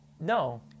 No